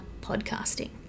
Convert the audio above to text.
podcasting